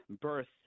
birth